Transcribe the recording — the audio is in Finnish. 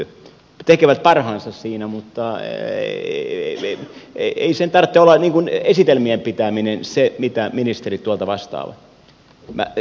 he tekevät parhaansa siinä mutta ei sen tarvitse olla esitelmien pitämistä mitä ministerit tuolta vastaavat